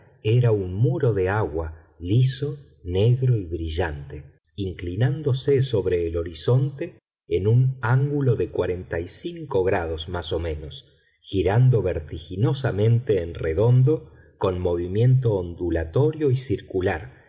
era un muro de agua liso negro y brillante inclinándose sobre el horizonte en un ángulo de cuarenta y cinco grados más o menos girando vertiginosamente en redondo con movimiento ondulatorio y circular